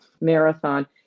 marathon